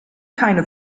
keine